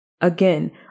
Again